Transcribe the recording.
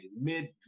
mid